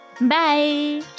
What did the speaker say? Bye